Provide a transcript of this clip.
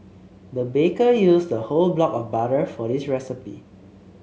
the baker used a whole block of butter for this recipe